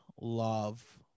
love